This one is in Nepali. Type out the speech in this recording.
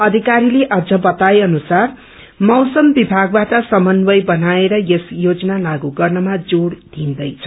अधिकारले अझ बताए अनुसार मौसम विशागबाट समन्वय बनाएर यस योजना लागू गर्नमा जोड़ दिइन्दैछ